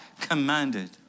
commanded